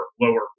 lower